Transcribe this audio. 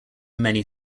many